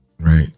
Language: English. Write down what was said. Right